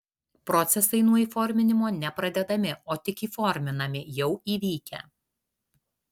procesai nuo įforminimo ne pradedami o tik įforminami jau įvykę